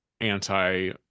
anti